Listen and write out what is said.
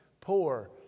poor